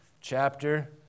chapter